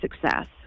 success